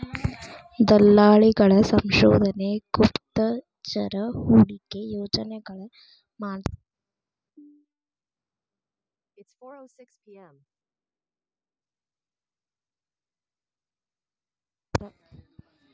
ದಲ್ಲಾಳಿಗಳ ಸಂಶೋಧನೆ ಗುಪ್ತಚರ ಹೂಡಿಕೆ ಯೋಜನೆಗಳ ಮಾರ್ಜಿನ್ ಫಂಡಿಂಗ್ ಮತ್ತ ಮೌಲ್ಯವರ್ಧಿತ ಹೆಚ್ಚುವರಿ ಸೇವೆಗಳನ್ನೂ ಒದಗಿಸ್ತಾರ